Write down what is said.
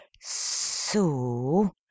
So